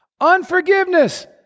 Unforgiveness